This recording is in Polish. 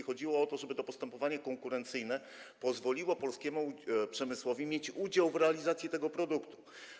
Chodziło o to, żeby to postępowanie konkurencyjne pozwoliło polskiemu przemysłowi mieć udział w realizacji tego produktu.